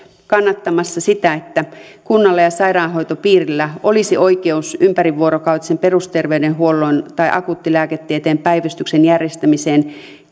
kannattamassa myös sitä että kunnalla ja sairaanhoitopiirillä olisi oikeus ympärivuorokautisen perusterveydenhuollon tai akuuttilääketieteen päivystyksen järjestämiseen